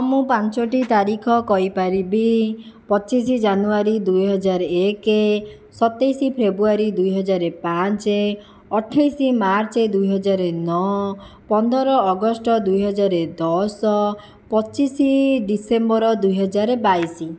ମୁଁ ପାଞ୍ଚଟି ତାରିଖ କହିପାରିବି ପଚିଶି ଜାନୁଆରୀ ଦୁଇହଜାର ଏକ ସତେଇଶି ଫେବୃୟାରୀ ଦୁଇହଜାର ପାଞ୍ଚ ଅଠେଇଶି ମାର୍ଚ୍ଚ ଦୁଇହଜାର ନଅ ପନ୍ଦର ଅଗଷ୍ଟ ଦୁଇହଜାର ଦଶ ପଚିଶି ଡିସେମ୍ବର ଦୁଇହଜାର ବାଇଶି